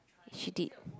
she did